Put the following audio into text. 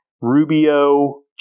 Rubio